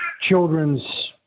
children's